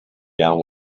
down